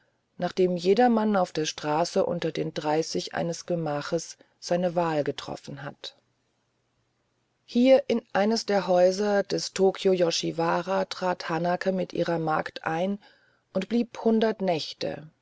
nachdem jeder mann auf der straße unter den dreißig eines gemaches seine wahl getroffen hat hier in eines der häuser des tokioyoshiwara trat hanake mit ihrer magd ein und blieb hundert nächte